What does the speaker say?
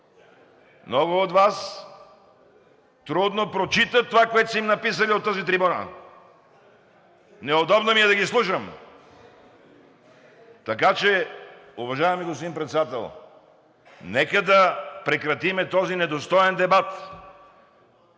Много от Вас трудно прочитат това, което са им написали от тази трибуна. Неудобно ми е да ги слушам. Така че, уважаеми господин Председател, нека да прекратим този недостоен дебат